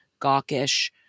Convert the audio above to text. gawkish